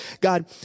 God